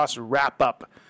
wrap-up